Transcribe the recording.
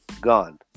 gone